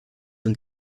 und